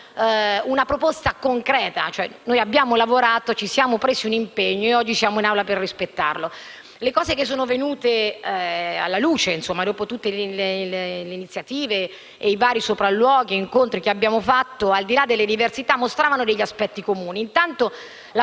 una proposta concreta. Noi abbiamo lavorato, ci siamo presi un impegno e oggi siamo in Aula per rispettarlo. Le cose venute alla luce dopo le iniziative, i vari sopralluoghi e gli incontri che abbiamo compiuto, al di là delle diversità, mostravano degli aspetti comuni: la